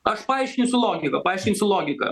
aš paaiškinsiu logiką paaiškinsiu logiką